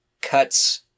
cuts